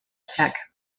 check